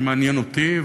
שמעניין אותי,